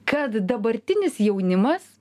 kad dabartinis jaunimas